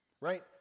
right